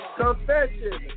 confession